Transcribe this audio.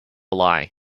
lie